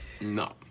No